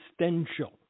existential